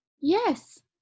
Yes